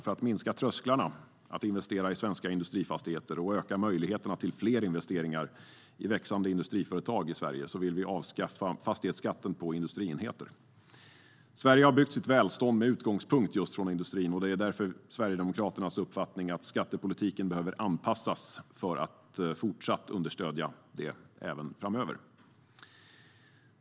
För att sänka trösklarna för att investera i svenska industrifastigheter och öka möjligheterna till fler investeringar i växande industriföretag i Sverige vill vi avskaffa fastighetsskatten på industrienheter. Sverige har byggt sitt välstånd med utgångspunkt från industrin, och det är därför Sverigedemokraternas uppfattning att skattepolitiken behöver anpassas för att fortsätta att understödja detta även framöver.